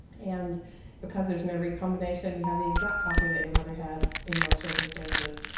and because there is no recombination, you have the exact copy that your mother had in most circumstances,